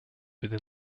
within